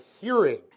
hearing